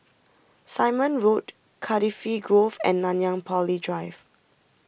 Simon Road Cardifi Grove and Nanyang Poly Drive